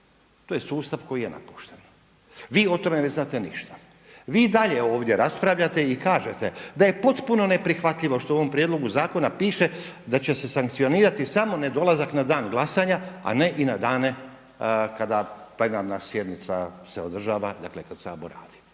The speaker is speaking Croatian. To je sustav koji je napušten. Vi o tome ne znate ništa. Vi i dalje ovdje raspravljate i kažete da je potpuno neprihvatljivo što u ovom prijedlogu zakona piše da će se sankcionirati samo nedolazak na dan glasanja a ne i na dane kada plenarna sjednica se održava, dakle kada Sabor radi.